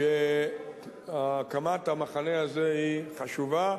באמירתו שהקמת המחנה הזה היא חשובה,